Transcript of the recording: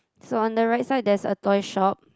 so on the right side there's a toy shop